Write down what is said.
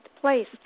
place